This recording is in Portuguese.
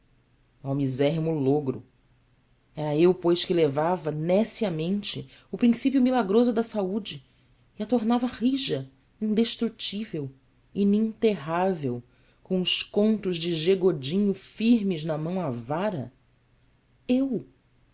ó misérrimo logro era eu pois que lhe levava nesciamente o princípio milagroso da saúde e a tornava rija indestrutível ininterrável com os contos de g godinho firmes na mão avara eu